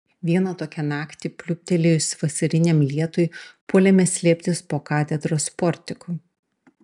vieną tokią naktį pliūptelėjus vasariniam lietui puolėme slėptis po katedros portiku